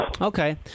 Okay